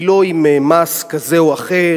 הבעיה היא לא עם מס כזה או אחר,